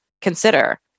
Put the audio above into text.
consider